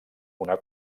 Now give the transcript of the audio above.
una